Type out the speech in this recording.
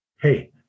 hey